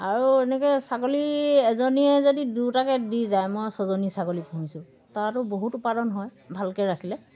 আৰু এনেকৈ ছাগলী এজনীয়ে যদি দুটাকৈ দি যায় মই ছজনী ছাগলী পুহিছোঁ তাতো বহুত উৎপাদন হয় ভালকৈ ৰাখিলে